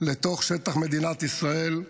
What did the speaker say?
לתוך שטח מדינת ישראל,